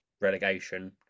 relegation